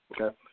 Okay